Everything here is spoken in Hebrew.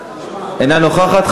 אינה נוכחת.